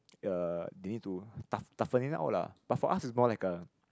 uh they need to toughen it out lah but for us it's more like a